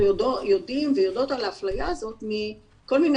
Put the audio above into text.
אנחנו יודעים ויודעות על האפליה הזאת מכל מיני